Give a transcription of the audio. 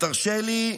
ותרשה לי,